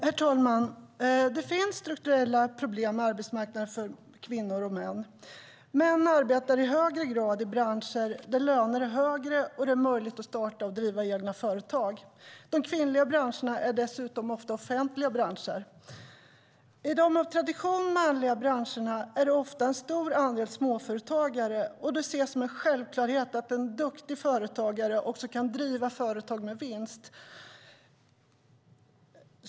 Herr talman! Det finns strukturella problem med arbetsmarknaden för kvinnor och män. Män arbetar i högre grad i branscher där lönerna är högre och det är möjligt att starta och driva egna företag. De kvinnliga branscherna är dessutom ofta offentliga branscher. I de av tradition manliga branscherna är det ofta en stor andel småföretagare, och det ses som en självklarhet att en duktig företagare också kan driva företag med vinst.